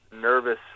nervous